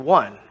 one